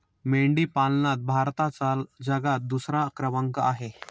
मेंढी पालनात भारताचा जगात दुसरा क्रमांक आहे